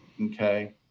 okay